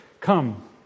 Come